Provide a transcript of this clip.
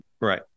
Right